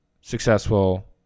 successful